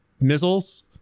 missiles